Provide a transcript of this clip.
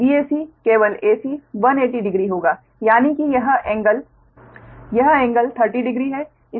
तो यह Vac केवल ac 180 डिग्री होगा यानि की यह कोण यह कोण 30 डिग्री है